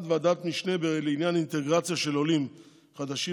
ועדת המשנה לעניין אינטגרציה של עולים חדשים